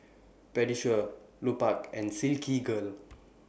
Pediasure Lupark and Silkygirl